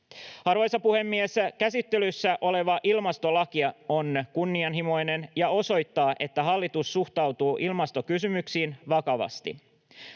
Arvoisa puhemies! Käsittelyssä oleva ilmastolaki on kunnianhimoinen ja osoittaa, että hallitus suhtautuu ilmastokysymyksiin vakavasti.